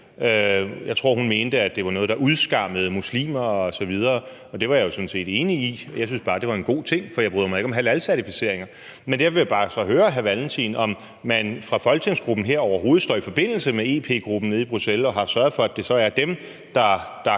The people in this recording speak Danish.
Jeg tror, hun mente, at det var noget, der udskammede muslimer osv., og det var jeg jo sådan set enig i. Jeg synes bare, det var en god ting, for jeg bryder mig ikke om halalcertificeringer. Men jeg vil så bare høre hr. Carl Valentin, om folketingsgruppen overhovedet står i forbindelse med EP-gruppen nede i Bruxelles og har sørget for, at det er dem, der